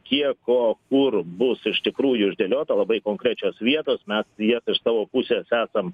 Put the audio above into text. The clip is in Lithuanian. kiek ko kur bus iš tikrųjų išdėliota labai konkrečios vietos mes jas iš savo pusės esam